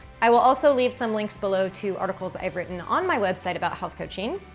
i will also leave some links below to articles i've written on my website about health coaching.